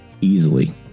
easily